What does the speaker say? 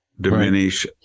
diminish